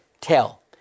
tell